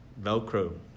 Velcro